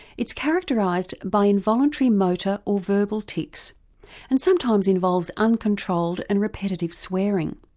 it's characterised by involuntary motor or verbal tics and sometimes involves uncontrolled and repetitive swearing.